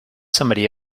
somebody